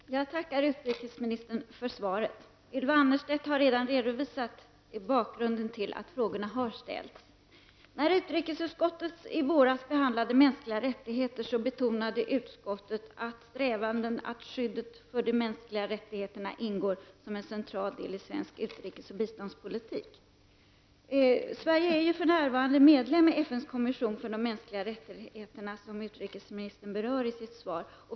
Herr talman! Jag tackar utrikesministern för svaret. Ylva Annerstedt har redan redovisat bakgrunden till att frågorna har ställts. När utrikesutskottet i våras behandlade mänskliga rättigheter betonade utskottet att strävandena för skyddet av de mänskliga rättigheterna ingår som en central del i svensk utrikes och biståndspolitik. Sverige är för närvarande medlem i FNs konvention för de mänskliga rättigheterna, som utrikesministern berör i sitt svar.